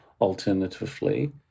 alternatively